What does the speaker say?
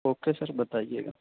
okay sir بتائیے گا